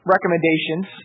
Recommendations